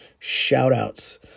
Shoutouts